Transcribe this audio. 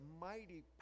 mighty